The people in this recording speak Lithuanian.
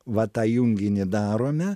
va tą junginį darome